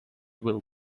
will